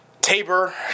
Tabor